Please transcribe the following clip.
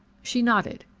she nodded.